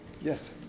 Yes